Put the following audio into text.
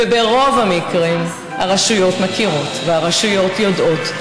וברוב המקרים הרשויות מכירות והרשויות יודעות,